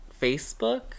Facebook